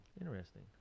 Interesting